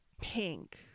pink